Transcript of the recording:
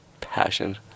passion